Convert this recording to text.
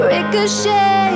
Ricochet